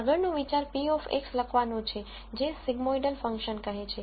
આગળનો વિચાર p of x લખવાનું છે જેને સિગ્મોઇડલ ફંક્શન કહે છે